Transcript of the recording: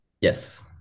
Yes